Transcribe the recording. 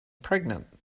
pregnant